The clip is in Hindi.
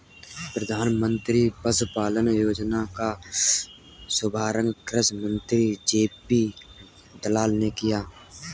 प्रधानमंत्री पशुपालन योजना का शुभारंभ कृषि मंत्री जे.पी दलाल ने किया